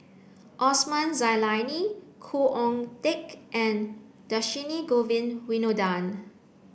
Osman Zailani Khoo Oon Teik and Dhershini Govin Winodan